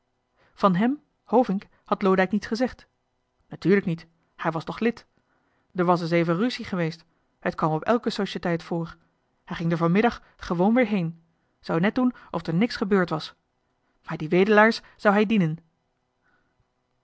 van hem hovink had loodijck niets gezegd natuurlijk niet hij was toch lid d'er was es even ruussie geweest het kwam op elke sjosjeteit voor hij ging d'er vanmiddag gewoon weer heen zou net doen of d'er niks gebeurd was maar die wedelaar's zou hij dienen